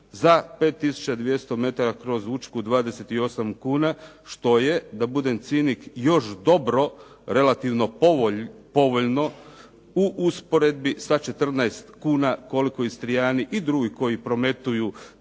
200 metara kroz Učku 28 kuna što je da budem cinik još dobro relativno povoljno u usporedbi sa 14 kuna koliko istrijani i drugi koji prometuju